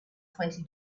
twenty